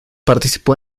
participó